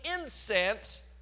incense